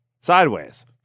sideways